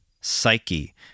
psyche